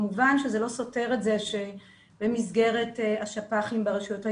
כמובן שזה לא סותר את זה שבמסגרת השפ"חים ברשויות העירוניות,